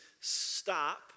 stop